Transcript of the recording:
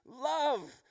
love